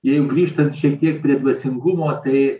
jeigu grįžtant šiek tiek prie dvasingumo tai